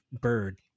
bird